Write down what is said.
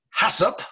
Hassup